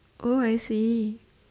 oh I see